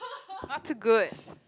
not too good